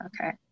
Okay